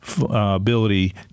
ability